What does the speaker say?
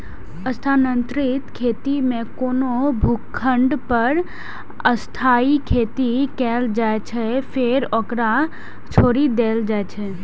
स्थानांतरित खेती मे कोनो भूखंड पर अस्थायी खेती कैल जाइ छै, फेर ओकरा छोड़ि देल जाइ छै